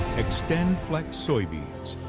xtendflex soybeans